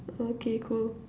okay cool